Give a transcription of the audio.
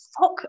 fuck